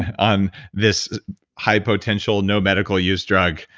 and um this high potential, no medical use drug?